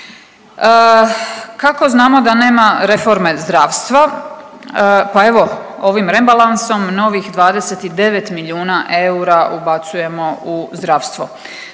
Kako znamo da nema reforme zdravstva? Pa evo ovim rebalansom novih 29 milijuna eura ubacujemo u zdravstvo,